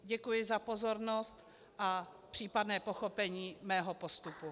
Děkuji za pozornost a případné pochopení mého postupu.